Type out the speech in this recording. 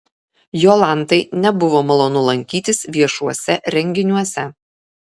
jolantai nebuvo malonu lankytis viešuose renginiuose